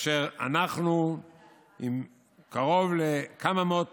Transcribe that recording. כאשר אנחנו עם קרוב לכמה מאות